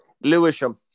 Lewisham